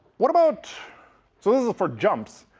what about so this is for jumps.